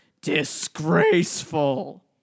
Disgraceful